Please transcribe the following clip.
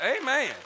Amen